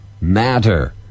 matter